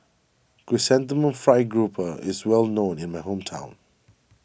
Chrysanthemum Fried Grouper is well known in my hometown